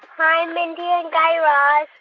hi, and mindy and guy raz.